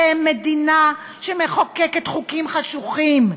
אתם מדינה שמחוקקת חוקים חשוכים.